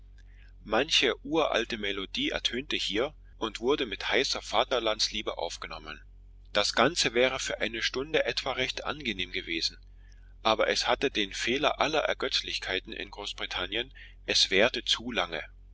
manche uralte melodie ertönte hier und wurde mit heißer vaterlandsliebe aufgenommen das ganze wäre für eine stunde etwa recht angenehm gewesen aber es hatte den fehler aller ergötzlichkeiten in großbritannien es währte zu lange